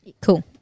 Cool